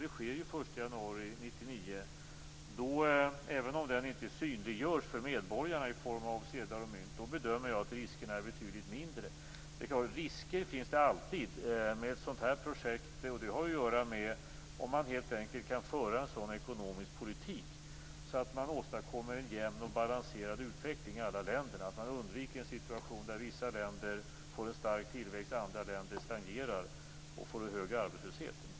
1999. Även om den inte synliggörs för medborgarna i form av sedlar och mynt, bedömer jag att riskerna är betydligt mindre. Det är klart att det alltid finns risker med ett sådant här projekt. Det har helt enkelt att göra med om man kan föra en sådan ekonomisk politik att man åstadkommer en jämn och balanserad utveckling i alla länder, att man undviker en situation där vissa länder får en stark tillväxt och andra länder stagnerar och får hög arbetslöshet.